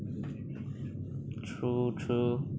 true true